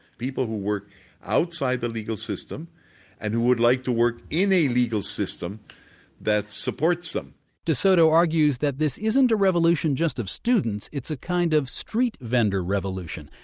people who work outside the legal system and who would like to work in a legal system that supports them de soto argues that this isn't a revolution just of students. it's a kind of street vendor revolution.